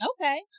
Okay